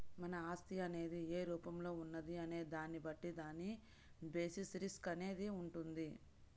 మన ఆస్తి అనేది ఏ రూపంలో ఉన్నది అనే దాన్ని బట్టి దాని బేసిస్ రిస్క్ అనేది వుంటది